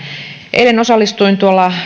eilen osallistuin